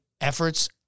efforts